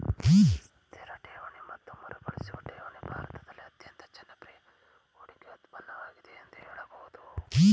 ಸ್ಥಿರ ಠೇವಣಿ ಮತ್ತು ಮರುಕಳಿಸುವ ಠೇವಣಿ ಭಾರತದಲ್ಲಿ ಅತ್ಯಂತ ಜನಪ್ರಿಯ ಹೂಡಿಕೆ ಉತ್ಪನ್ನವಾಗಿದೆ ಎಂದು ಹೇಳಬಹುದು